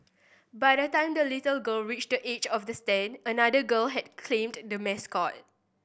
by the time the little girl reached the edge of the stand another girl had claimed the mascot